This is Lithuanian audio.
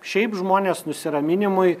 šiaip žmonės nusiraminimui